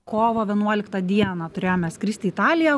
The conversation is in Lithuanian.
kovo vienuoliktą dieną turėjome skristi į italiją